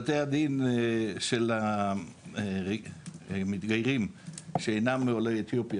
בתי הדין של המתגיירים שאינם עולי אתיופיה,